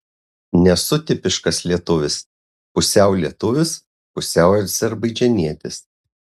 nesu tipiškas lietuvis pusiau lietuvis pusiau azerbaidžanietis